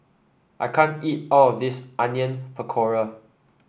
I can't eat all of this Onion Pakora